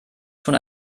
schon